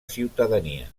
ciutadania